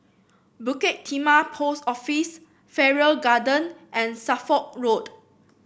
Bukit Timah Post Office Farrer Garden and Suffolk Road